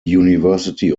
university